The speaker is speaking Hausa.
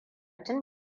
tun